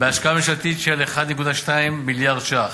בהשקעה ממשלתית של 1.2 מיליארד ש"ח.